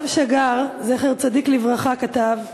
הרב שג"ר זכר צדיק לברכה כתב: